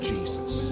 Jesus